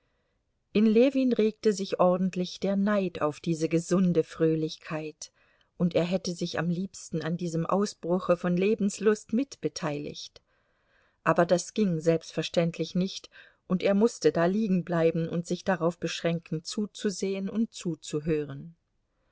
in ljewin regte sich ordentlich der neid auf diese gesunde fröhlichkeit und er hätte sich am liebsten an diesem ausbruche von lebenslust mit beteiligt aber das ging selbstverständlich nicht und er mußte da liegenbleiben und sich darauf beschränken zuzusehen und zuzuhören